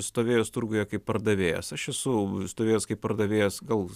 stovėjęs turguje kaip pardavėjas aš esu stovėjęs kaip pardavėjas gal